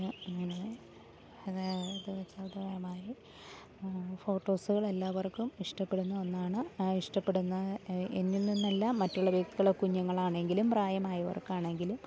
ഇങ്ങനെ അത് പശ്ചാത്തലമായി ഫോട്ടോസുകളെല്ലാവർക്കും ഇഷ്ടപ്പെടുന്ന ഒന്നാണ് ഇഷ്ടപ്പെടുന്ന എന്നിൽ നിന്നല്ല മറ്റുള്ള വ്യക്തികൾ കുഞ്ഞുങ്ങളാണെങ്കിലും പ്രായമായവർക്കാണെങ്കിലും